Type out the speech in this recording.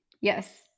Yes